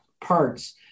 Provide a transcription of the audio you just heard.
parts